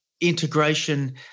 integration